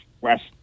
west